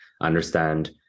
understand